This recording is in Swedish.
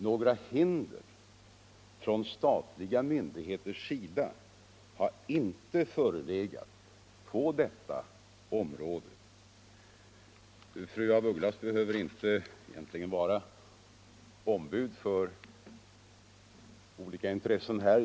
Några hinder från statliga myndigheter har inte förelegat mot sådana initiativ. Fru af Ugglas behöver egentligen inte uppträda som ombud för olika intressen i denna debatt.